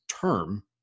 term